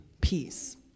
peace